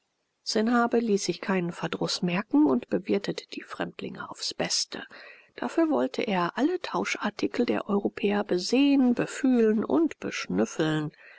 sanhabe ließ sich keinen verdruß merken und bewirtete die fremdlinge aufs beste dafür wollte er alle tauschartikel der europäer besehen befühlen und beschnüffeln